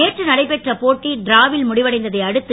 நேற்று நடைபெற்ற போட்டி டிராவில் முடிவடைந்ததை அடுத்து